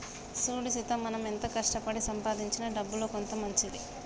సూడు సీత మనం ఎంతో కష్టపడి సంపాదించిన డబ్బులో కొంత మంచిది